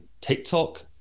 TikTok